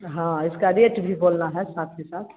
हाँ इसका रेट भी बोलना है साथ ही साथ